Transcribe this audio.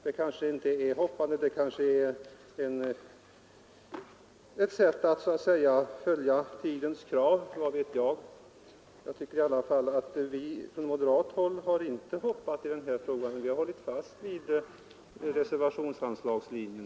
Men kanske är det ett sätt att följa tidens krav, vad vet jag! I varje fall har vi från moderat håll inte hoppat i den här frågan, utan vi har hållit fast vid reservationsanslagslinjen.